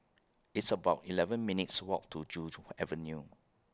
It's about eleven minutes' Walk to Joo Avenue